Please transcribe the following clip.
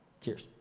Cheers